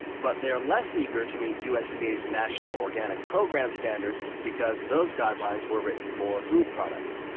but they're less eager to meet usda's and national organic program standards because those guidelines were written for food products.